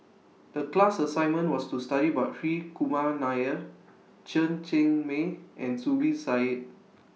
The class assignment was to study about Hri Kumar Nair Chen Cheng Mei and Zubir Said